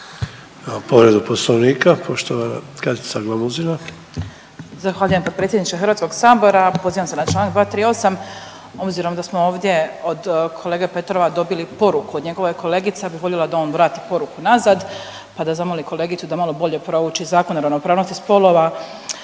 Katica (Socijaldemokrati)** Zahvaljujem potpredsjedniče HS-a. Pozivam se na čl. 238., obzirom da smo ovdje od kolege Petrova dobili poruke od njegove kolegice, ja bi voljela da on vrati poruku nazad pa da zamoli kolegicu da malo bolje prouči Zakon o ravnopravnosti spolova